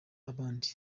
abandi